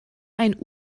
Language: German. ein